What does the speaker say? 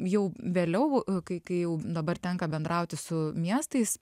jau vėliau kai kai jau dabar tenka bendrauti su miestais